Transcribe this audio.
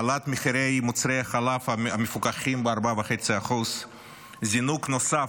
העלאת מחירי מוצרי החלב המפוקחים ב-4.5%; זינוק נוסף,